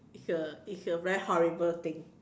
it's a it's a very horrible thing